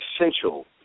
essential